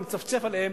אני מצפצף עליהם.